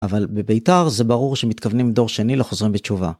אבל בבית"ר זה ברור שמתכוונים דור שני לחוזרים בתשובה.